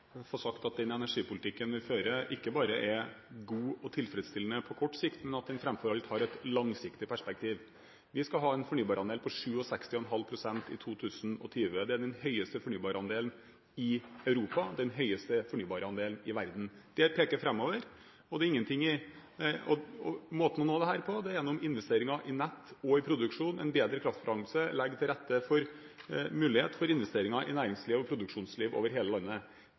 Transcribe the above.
sagt at den energipolitikken vi fører, ikke bare er god og tilfredsstillende på kort sikt, men at den framfor alt har et langsiktig perspektiv. Vi skal ha en fornybarandel på 67,5 pst. i 2020. Det er den høyeste fornybarandelen i Europa, den høyeste fornybarandelen i verden. Det peker framover, og måten å nå dette på er gjennom investeringer i nett og i produksjon, en bedre kraftbalanse og gjennom å legge til rette for mulighet for investeringer i næringsliv og produksjonsliv over hele landet.